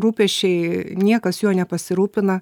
rūpesčiai niekas juo nepasirūpina